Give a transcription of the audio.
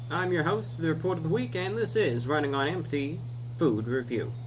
i'm your host thereportoftheweek. and this is running on empty food review.